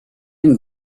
and